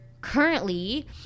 currently